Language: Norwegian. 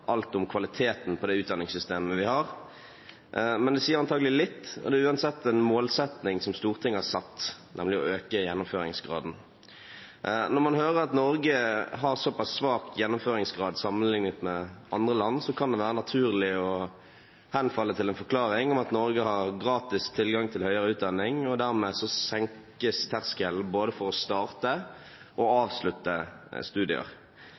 alt om kvaliteten på det utdanningssystemet vi har, men det sier antakelig litt. Det er uansett en målsetting som Stortinget har satt å øke gjennomføringsgraden. Når man hører at Norge har såpass svak gjennomføringsgrad sammenlignet med andre land, kan det være naturlig å henfalle til en forklaring om at Norge har gratis tilgang til høyere utdanning, og dermed senkes terskelen både for å starte og avslutte studier.